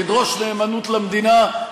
תדרוש נאמנות למדינה,